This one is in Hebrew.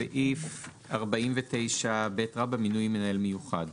סעיף 49ב - מינוי מנהל מיוחד: "מינוי מנהל מיוחד"